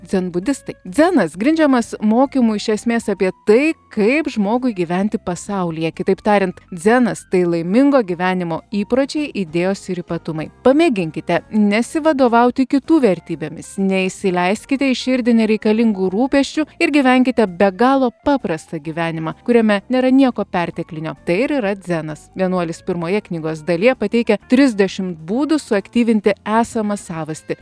dzenbudistai dzenas grindžiamas mokymu iš esmės apie tai kaip žmogui gyventi pasaulyje kitaip tariant dzenas tai laimingo gyvenimo įpročiai idėjos ir ypatumai pamėginkite nesivadovauti kitų vertybėmis neįsileiskite į širdį nereikalingų rūpesčių ir gyvenkite be galo paprastą gyvenimą kuriame nėra nieko perteklinio tai ir yra dzenas vienuolis pirmoje knygos dalyje pateikia trisdešimt būdų suaktyvinti esamą savastį